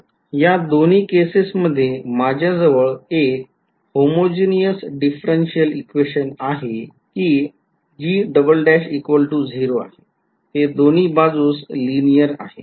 या दोन्ही केसेस मध्ये माझ्याजवळ एक homogenous differential equation आहे कि आहे ते दोन्ही बाजूस लिनियर आहे